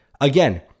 again